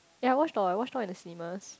ya I watched all I watched all in the cinemas